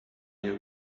you